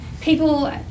people